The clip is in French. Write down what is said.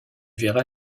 verras